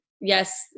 yes